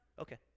Okay